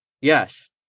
Yes